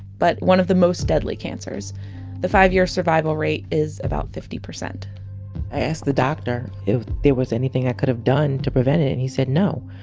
but one of the most deadly cancers the five year survival rate is about fifty percent i asked the doctor if there was anything i could have done to prevent it. and he said no.